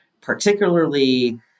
particularly